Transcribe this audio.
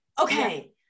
okay